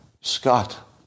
Scott